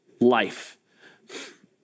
life